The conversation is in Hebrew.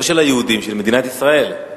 לא של היהודים, של מדינת ישראל.